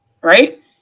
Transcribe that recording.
Right